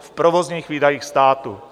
V provozních výdajích státu.